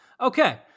Okay